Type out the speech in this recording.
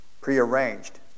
prearranged